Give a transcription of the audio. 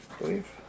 believe